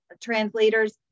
translators